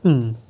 mm